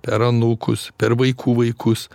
per anūkus per vaikų vaikus